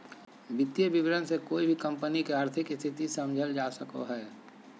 वित्तीय विवरण से कोय भी कम्पनी के आर्थिक स्थिति समझल जा सको हय